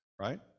Right